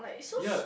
yet